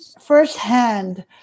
firsthand